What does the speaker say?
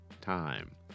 time